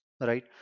right